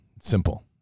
simple